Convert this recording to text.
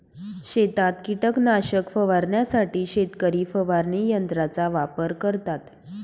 शेतात कीटकनाशक फवारण्यासाठी शेतकरी फवारणी यंत्राचा वापर करतात